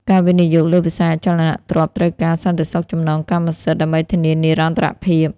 ការវិនិយោគលើវិស័យអចលនទ្រព្យត្រូវការ "សន្តិសុខចំណងកម្មសិទ្ធិ" ដើម្បីធានានិរន្តរភាព។